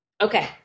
Okay